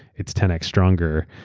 it's ten x stronger,